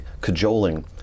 cajoling